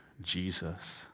Jesus